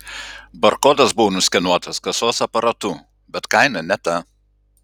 barkodas buvo nuskenuotas kasos aparatu bet kaina ne ta